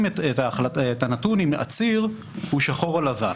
את הנתון אם העציר הוא שחור או לבן